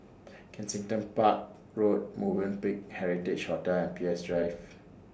Kensington Park Road Movenpick Heritage Hotel and Peirce Drive